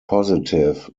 positive